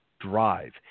drive